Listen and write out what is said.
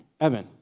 Evan